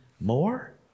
more